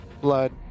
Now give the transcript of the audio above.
Blood